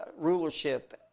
rulership